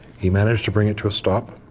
he managed to bring it to a stop.